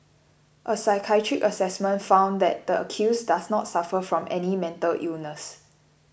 a psychiatric assessment found that the accused does not suffer from any mental illness